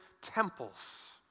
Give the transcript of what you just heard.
temples